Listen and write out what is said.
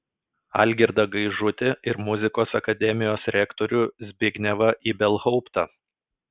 algirdą gaižutį ir muzikos akademijos rektorių zbignevą ibelhauptą